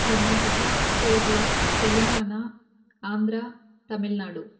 Karnataka Kerala Telangana Andhra Tamil Nadu